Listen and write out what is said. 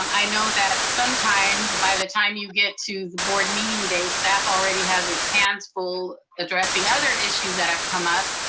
um i know that sometimes, by the time you get to the board meeting day, staff already has its hands full addressing other issues that have come up.